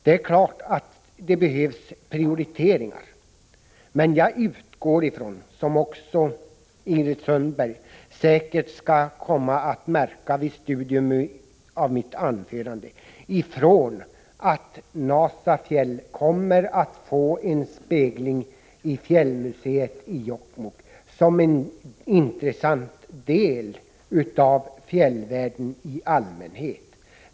Det är klart att det behövs prioriteringar, men jag utgår från — som Ingrid Sundberg säkert också märker vid ett studium av mitt anförande — att Nasafjäll kommer att få en spegling i fjällmuseet i Jokkmokk, som en intressant del av fjällvärlden i allmänhet.